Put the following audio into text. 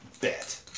bet